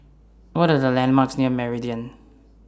What Are The landmarks near Meridian